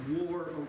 war